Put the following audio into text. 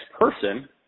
person